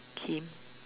Kim